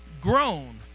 grown